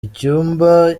icyumba